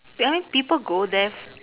ya people go there f~